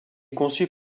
conçue